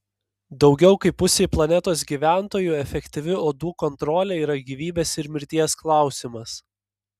daugiau kaip pusei planetos gyventojų efektyvi uodų kontrolė yra gyvybės ir mirties klausimas